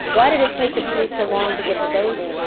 why did it take the police so long to get to those,